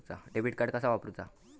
Debit card कसा वापरुचा?